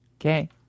Okay